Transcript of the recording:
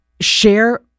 share